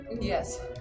Yes